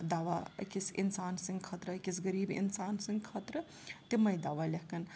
دَوا أکِس اِنسان سٕنٛدۍ خٲطرٕ أکِس غریٖب اِنسان سٕنٛدۍ خٲطرٕ تِمَے دَوا لٮ۪کھٕنۍ